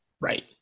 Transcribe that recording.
Right